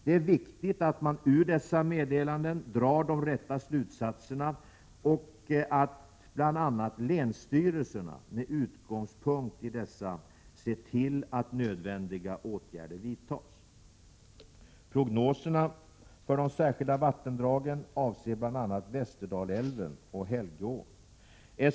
Det är viktigt att man ur dessa meddelanden drar de rätta slutsatserna och att bl.a. länsstyrelserna med utgångspunkt i dessa ser till att nödvändiga åtgärder vidtas. Prognoserna för de särskilda vattendragen avser bl.a. Västerdalälven och Helgeån.